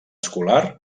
escolar